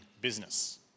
business